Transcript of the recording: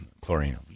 Chlorine